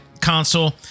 console